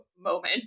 moment